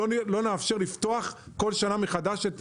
לא נאפשר לפתוח את השומה בכל שנה מחדש".